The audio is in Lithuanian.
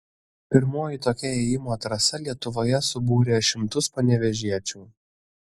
pirmoji tokia ėjimo trasa lietuvoje subūrė šimtus panevėžiečių